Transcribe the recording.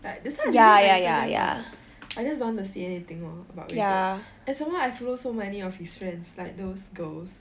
that's why I delete my Instagram what I just don't want to say anything lor about it lor and some more I follow so many of his friends like those girls